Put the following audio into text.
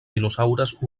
dinosaures